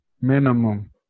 Minimum